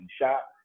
shop